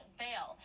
bail